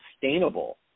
sustainable